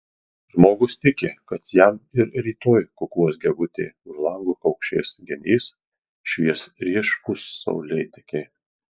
žmogus tiki kad jam ir rytoj kukuos gegutė už lango kaukšės genys švies ryškūs saulėtekiai